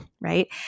right